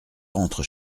rentre